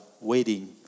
waiting